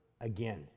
again